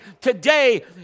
today